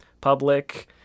public